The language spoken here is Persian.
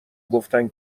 گفتن